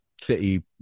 city